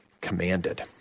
commanded